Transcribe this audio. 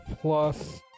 plus